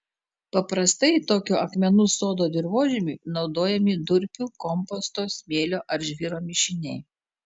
paprastai tokio akmenų sodo dirvožemiui naudojami durpių komposto smėlio ar žvyro mišiniai